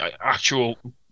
Actual